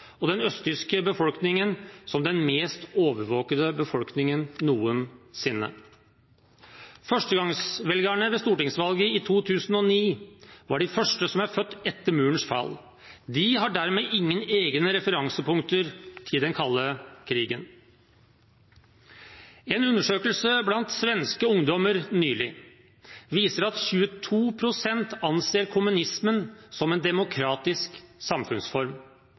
og den østtyske befolkningen som den mest overvåkede befolkning noensinne. Førstegangsvelgerne ved stortingsvalget i 2009 var de første som er født etter murens fall. De har dermed ingen egne referansepunkter til den kalde krigen. En undersøkelse blant svenske ungdommer nylig viser at 22 pst. anser kommunismen som en demokratisk samfunnsform.